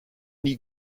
nie